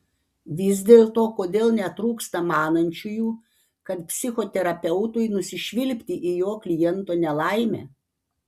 vis dėlto kodėl netrūksta manančiųjų kad psichoterapeutui nusišvilpti į jo kliento nelaimę